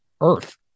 earth